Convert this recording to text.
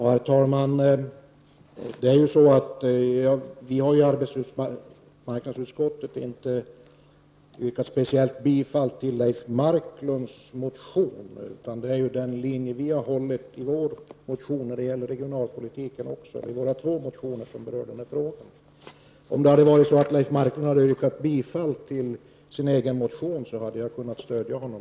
Herr talman! I arbetsmarknadsutskottet har vi inte yrkat speciellt bifall till Leif Marklunds motion, utan vi har hållit oss till linjen i våra två motioner som berör regionalpolitiken. Hade Leif Marklund yrkat bifall till sin egen motion hade jag kunnat stödja honom.